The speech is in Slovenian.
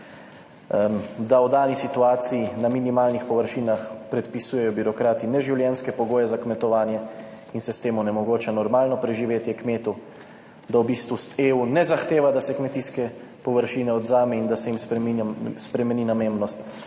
da v dani situaciji na minimalnih površinah predpisujejo birokrati neživljenjske pogoje za kmetovanje in se s tem onemogoča normalno preživetje kmetov, da v bistvu EU ne zahteva, da se kmetijske površine odvzame in da se jim spreminja,